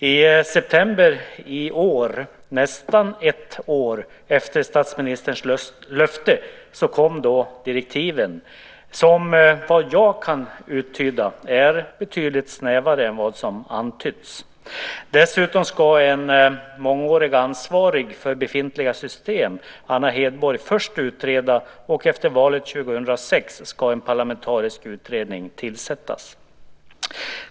I september i år, nästan ett år efter statsministerns löfte, kom direktiven som, vad jag kan uttyda, är betydligt snävare än vad som antytts. Dessutom ska en mångårigt ansvarig för befintliga system, Anna Hedborg, först utreda, och efter valet 2006 ska en parlamentarisk utredning tillsättas.